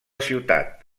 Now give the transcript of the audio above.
ciutat